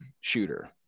shooter